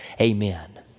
Amen